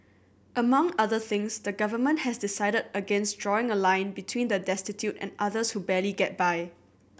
among other things the government has decided against drawing a line between the destitute and others who barely get by